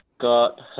got